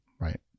right